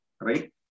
right